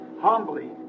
humbly